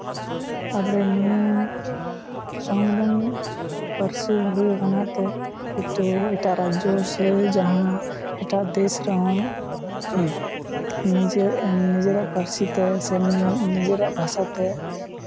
ᱛᱟᱨᱯᱚᱨᱮ ᱱᱤᱭᱟᱹ ᱥᱚᱝᱵᱤᱫᱷᱟᱱ ᱯᱟᱹᱨᱥᱤ ᱦᱩᱭ ᱠᱟᱱᱟ ᱛᱮ ᱱᱤᱛᱚᱜ ᱮᱴᱟᱜ ᱨᱟᱡᱽᱡᱚ ᱥᱮ ᱡᱟᱦᱟᱸ ᱮᱴᱟᱜ ᱫᱮᱥ ᱨᱮᱦᱚᱸ ᱱᱤᱡᱮ ᱱᱤᱡᱮᱨᱟᱜ ᱯᱟᱹᱨᱥᱤ ᱛᱮ ᱥᱮ ᱱᱤᱡᱮᱨᱟᱜ ᱵᱷᱟᱥᱟ ᱛᱮ